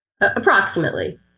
approximately